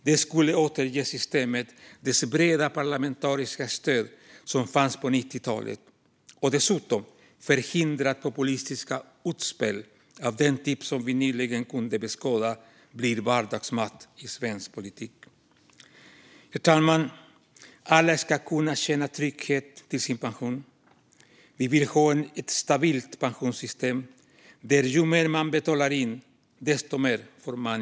Det skulle återge systemet dess breda parlamentariska stöd, som fanns på 90-talet, och dessutom förhindra att populistiska utspel av den typ som vi nyligen kunde beskåda blir vardagsmat i svensk politik. Herr talman! Alla ska kunna känna trygghet till sin pension. Vi vill ha ett stabilt pensionssystem där man får mer i pension ju mer man betalar in.